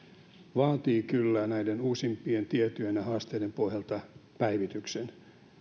vaatii kyllä näiden uusimpien tietojen ja haasteiden pohjalta päivityksen